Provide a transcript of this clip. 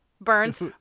burns